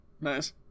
Nice